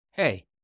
Hey